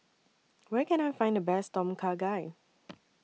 Where Can I Find The Best Tom Kha Gai